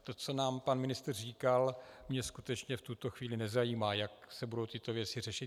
To, co nám pan ministr říkal, mě skutečně v tuto chvíli nezajímá, jak se budou tyto věci řešit.